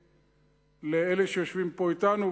לאלה שיושבים פה אתנו,